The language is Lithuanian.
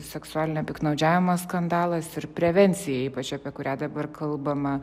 seksualinio piktnaudžiavimo skandalas ir prevencija ypač apie kurią dabar kalbama